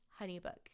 honeybook